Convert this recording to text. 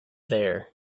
there